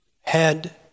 head